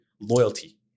loyalty